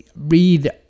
read